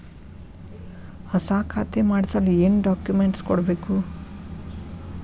ಹೊಸ ಖಾತೆ ಮಾಡಿಸಲು ಏನು ಡಾಕುಮೆಂಟ್ಸ್ ಕೊಡಬೇಕು?